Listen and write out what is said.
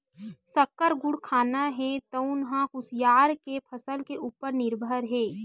सक्कर, गुड़ कारखाना हे तउन ह कुसियार के फसल के उपर निरभर हे